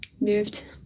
moved